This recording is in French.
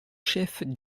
chefs